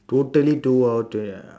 totally two hour today ah